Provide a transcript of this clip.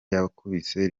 yakubise